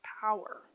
power